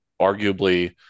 arguably